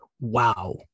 wow